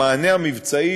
המענה המבצעי,